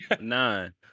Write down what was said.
nine